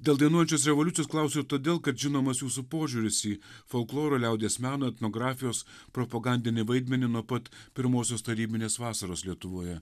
dėl dainuojančios revoliucijos klausiu todėl kad žinomas jūsų požiūris į folklorą liaudies meno etnografijos propagandinį vaidmenį nuo pat pirmosios tarybinės vasaros lietuvoje